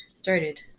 started